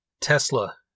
Tesla